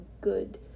good